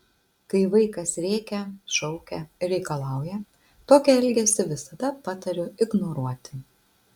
kai vaikas rėkia šaukia ir reikalauja tokį elgesį visada patariu ignoruoti